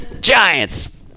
Giants